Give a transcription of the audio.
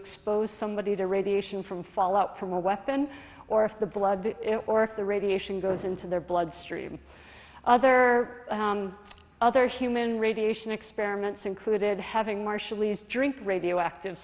expose somebody to radiation from fallout from a weapon or if the blood or if the radiation goes into their bloodstream other other human radiation experiments included having marshallese drink radioactive